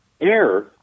air